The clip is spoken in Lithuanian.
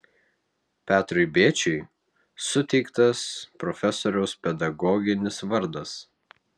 petrui bėčiui suteiktas profesoriaus pedagoginis vardas